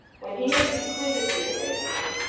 when he had concluded these arrangements,